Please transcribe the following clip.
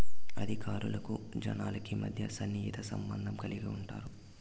అధికారులకు జనాలకి మధ్య సన్నిహిత సంబంధం కలిగి ఉంటారు